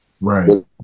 Right